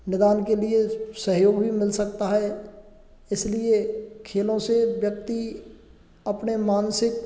निदान के लिए सहयोग भी मिल सकता है इसलिए खेलों से व्यक्ति अपने मानसिक